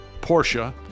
Porsche